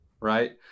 right